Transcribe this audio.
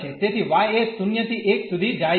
તેથી y એ 0 થી 1 સુધી જાય છે